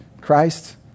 Christ